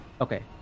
Okay